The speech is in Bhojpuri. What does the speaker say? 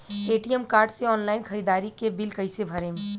ए.टी.एम कार्ड से ऑनलाइन ख़रीदारी के बिल कईसे भरेम?